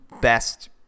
best